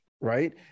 right